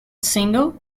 single